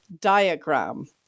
diagram